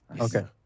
Okay